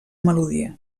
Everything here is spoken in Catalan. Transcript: melodia